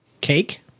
cake